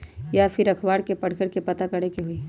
या फिर अखबार में पढ़कर के पता करे के होई?